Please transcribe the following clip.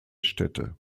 städte